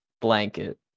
blanket